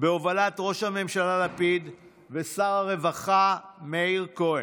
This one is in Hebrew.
בהובלת ראש הממשלה לפיד ושר הרווחה מאיר כהן,